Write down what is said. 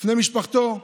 לפני משפחתו?